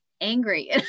angry